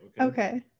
Okay